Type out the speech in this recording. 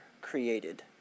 created